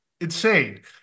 insane